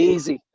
Easy